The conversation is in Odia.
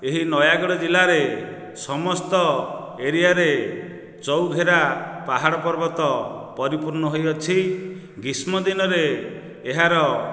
ଏହି ନୟାଗଡ଼ ଜିଲ୍ଲାରେ ସମସ୍ତ ଏରିଆରେ ଚଉଘେରା ପାହାଡ଼ ପର୍ବତ ପରିପୂର୍ଣ୍ଣ ହୋଇଅଛି ଗ୍ରୀଷ୍ମ ଦିନରେ ଏହାର